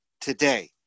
today